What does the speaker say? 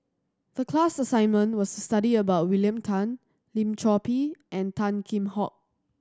the class assignment was to study about William Tan Lim Chor Pee and Tan Kheam Hock